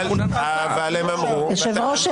אבל הם אמרו מה